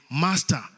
Master